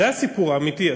זה הסיפור האמיתי.